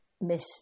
miss